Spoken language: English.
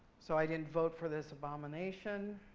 so i didn't vote for this obamanation.